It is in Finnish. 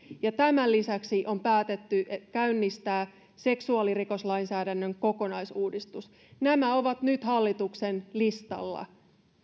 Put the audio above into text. tämän lisäksi on päätetty käynnistää seksuaalirikoslainsäädännön kokonaisuudistus nämä ovat nyt hallituksen listalla